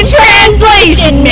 translation